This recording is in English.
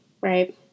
right